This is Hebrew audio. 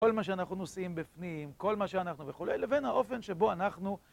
כל מה שאנחנו נושאים בפנים, כל מה שאנחנו וכולי, לבין האופן שבו אנחנו